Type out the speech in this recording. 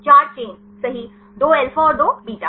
चार chain right 2 alpha और 2 beta